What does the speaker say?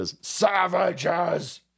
Savages